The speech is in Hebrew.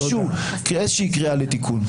איזה קריאה לתיקון.